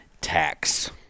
tax